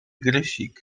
grysik